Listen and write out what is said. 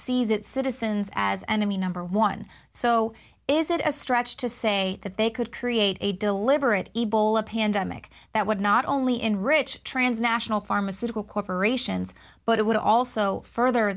its citizens as enemy number one so is it a stretch to say that they could create a deliberate ebola pandemic that would not only enrich transnational pharmaceutical corporation and but it would also further